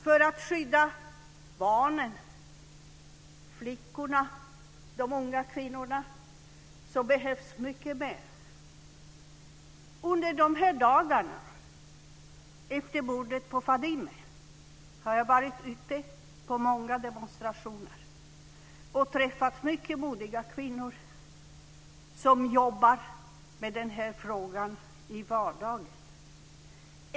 För att skydda barnen, flickorna och de unga kvinnorna behövs mycket mer. Under de här dagarna efter mordet på Fadime har jag varit ute på många demonstrationer och träffat mycket modiga kvinnor som jobbar med den här frågan i vardagen.